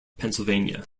pennsylvania